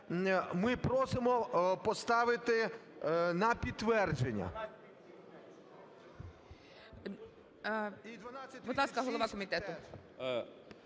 ми просимо поставити на підтвердження.